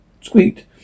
squeaked